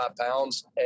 pounds